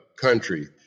country